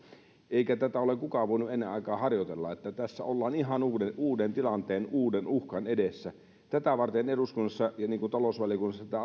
eikä tätä ole kukaan voinut ennen aikaan harjoitella niin että tässä ollaan ihan uuden uuden tilanteen uuden uhkan edessä tätä varten eduskunnassa ja talousvaliokunnassa tätä